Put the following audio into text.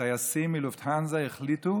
והטייסים מלופטהנזה החליטו